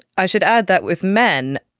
i should add that with men,